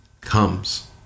comes